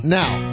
now